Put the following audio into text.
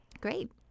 Great